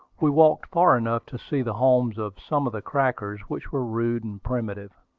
we walked far enough to see the homes of some of the crackers, which were rude and primitive.